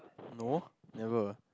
no never